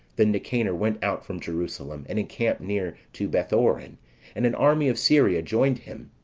then nicanor went out from jerusalem, and encamped near to bethoron and an army of syria joined him.